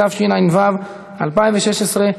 התשע"ו 2016,